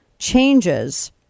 changes